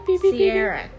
Sierra